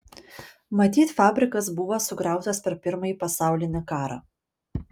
matyt fabrikas buvo sugriautas per pirmąjį pasaulinį karą